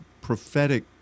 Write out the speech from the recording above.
prophetic